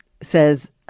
says